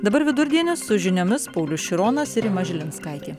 dabar vidurdienis su žiniomis paulius šironas ir rima žilinskaitė